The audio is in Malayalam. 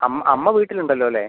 അമ്മ അമ്മ വീട്ടിൽ ഉണ്ടല്ലോ അല്ലേ